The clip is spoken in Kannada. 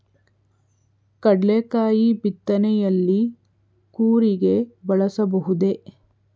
ಕಡ್ಲೆಕಾಯಿ ಬಿತ್ತನೆಯಲ್ಲಿ ಕೂರಿಗೆ ಬಳಸಬಹುದೇ?